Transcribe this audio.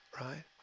Right